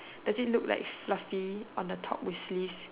does it look like fluffy on the top with sleeves